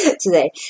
today